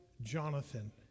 Jonathan